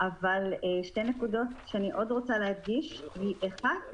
אבל שתי נקודות שאני עוד רוצה להדגיש: אחד,